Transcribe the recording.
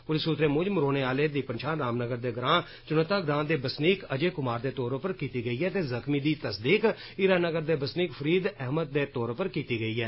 पुलस सूत्रें मुजब मरोने आले दी पंछान रामनगर दे ग्रां चुन्नता ग्रां दे बसनीक अजय कुमार दे तौर पर कीती गेई ऐ ते जख़्मी दी तस्दीक हीरानगर दे बसनीक फरीद अहमद ते तौर पर कीति गेई ऐ